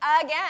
again